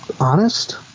Honest